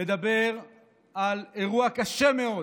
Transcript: לדבר על אירוע קשה מאוד